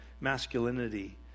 masculinity